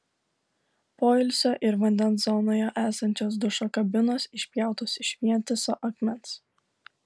poilsio ir vandens zonoje esančios dušo kabinos išpjautos iš vientiso akmens